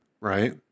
right